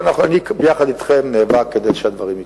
ואני ביחד אתכם ניאבק כדי שהדברים יקרו.